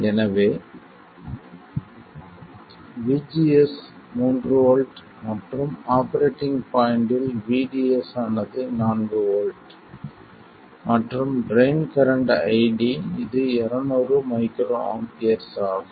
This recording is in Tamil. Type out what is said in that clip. எனவே VGS மூன்று வோல்ட் மற்றும் ஆபரேட்டிங் பாய்ண்ட்டில் VDS ஆனது 4 வோல்ட் மற்றும் ட்ரைன் கரண்ட் ID இது 200 மைக்ரோ ஆம்பியர்ஸ் ஆகும்